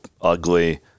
ugly